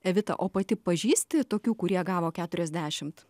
evita o pati pažįsti tokių kurie gavo keturiasdešimt